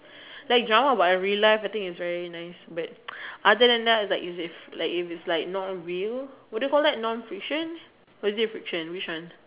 like drama about real life I think is very nice but other than that if it's like if it's like not real is it what non fiction or is it fiction fiction